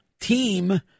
team